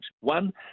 One